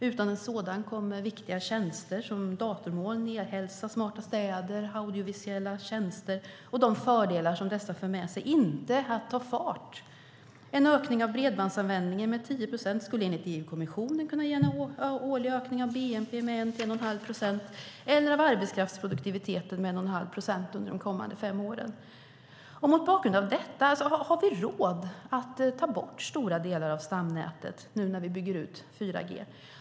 Utan en sådan kommer viktiga tjänster som datormoln, e-hälsa, smarta städer, audiovisuella tjänster och de fördelar som dessa för med sig inte att ta fart. En ökning av bredbandsanvändningen med 10 procent skulle enligt EU-kommissionen kunna ge en årlig ökning av bnp med 1-1,5 procent eller av arbetskraftsproduktiviteten med 1,5 procent under de kommande fem åren. Mot bakgrund av detta: Har vi råd att ta bort stora delar av stamnätet nu när vi bygger ut 4G?